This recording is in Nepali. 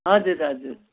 हजुर हजुर